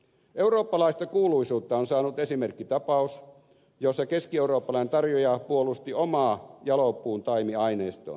eurooppalaista kuuluisuutta on saanut esimerkkitapaus jossa keskieurooppalainen tarjoaja puolusti omaa jalopuuntaimiaineistoaan